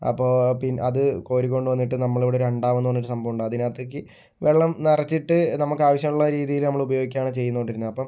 അപ്പോൾ പിന്ന് അത് കോരിക്കൊണ്ട് വന്നിട്ട് അത് നമ്മളിവിടെ ഒരു അണ്ടാവ് എന്ന് പറഞ്ഞ സംഭവം ഉണ്ട് അതിനകത്തേക്ക് വെള്ളം നിറച്ചിട്ട് നമ്മൾക്ക് ആവശ്യമുള്ള രീതിയില് നമ്മള് ഉപയോഗിക്കുകയാണ് ചെയ്തു കൊണ്ടിരുന്നത് അപ്പം